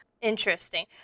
Interesting